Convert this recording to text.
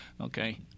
Okay